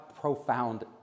profound